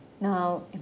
Now